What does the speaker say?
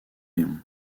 léon